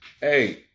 Hey